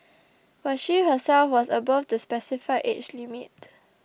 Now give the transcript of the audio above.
but she herself was above the specified age limit